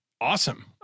Awesome